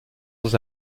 dans